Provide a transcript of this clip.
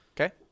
Okay